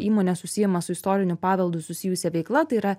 įmonės užsiima su istoriniu paveldu susijusia veikla tai yra